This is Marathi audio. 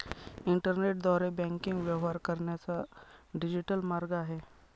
इंटरनेटद्वारे बँकिंग व्यवहार करण्याचा डिजिटल मार्ग आहे